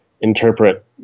interpret